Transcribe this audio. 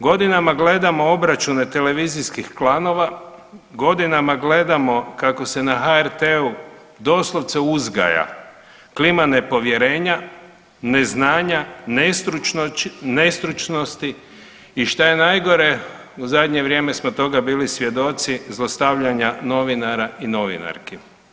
Godinama gledamo obračune televizijskih klanova, godinama gledamo kako se na HRT-u doslovce uzgaja klima nepovjerenja, neznanja, nestručnosti i šta je najgore u zadnje vrijeme smo toga bili svjedoci zlostavljanja novinara i novinarki.